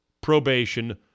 probation